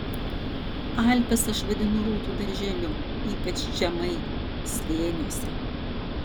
alpes aš vadinu rūtų darželiu ypač žemai slėniuose